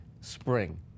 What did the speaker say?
spring